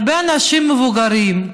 הרבה אנשים מבוגרים,